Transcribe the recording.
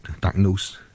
diagnose